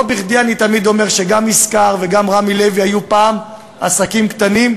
לא בכדי אני תמיד אומר שגם "ישקר" וגם "רמי לוי" היו פעם עסקים קטנים,